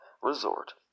Resort